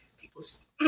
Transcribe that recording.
people's